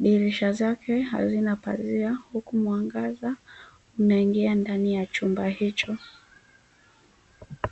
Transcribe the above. Dirisha zake hazina pazia huku mwangaza unaingia ndani ya chumba hicho.